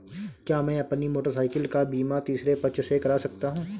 क्या मैं अपनी मोटरसाइकिल का बीमा तीसरे पक्ष से करा सकता हूँ?